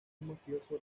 mafioso